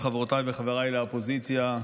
חברת הכנסת שרן מרים השכל,